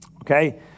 okay